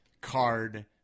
card